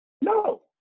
no